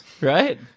Right